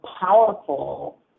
powerful